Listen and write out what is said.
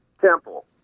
Temple